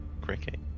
cricket